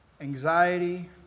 Anxiety